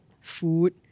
food